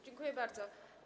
Dziękuję bardzo.